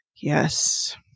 Yes